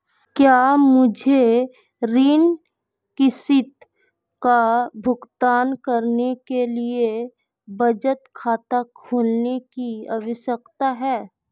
क्या मुझे ऋण किश्त का भुगतान करने के लिए बचत खाता खोलने की आवश्यकता है?